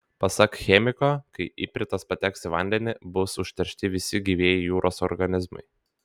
pasak chemiko kai ipritas pateks į vandenį bus užteršti visi gyvieji jūros organizmai